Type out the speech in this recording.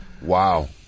Wow